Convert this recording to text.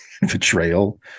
betrayal